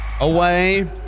away